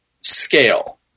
scale